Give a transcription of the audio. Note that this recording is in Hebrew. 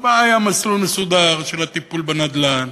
שבה היה מסלול מסודר של הטיפול בנדל"ן